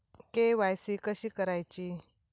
KYC कशी करायची?